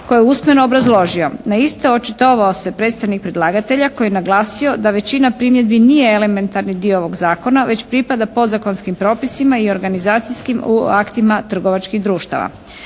koje je usmeno obrazložio. Na iste očitovao se predstavnik predlagatelja koji je naglasio da većina primjedbi nije elementarni dio ovog zakona već pripada podzakonskim propisima i organizacijskim aktima trgovačkih društava.